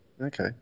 Okay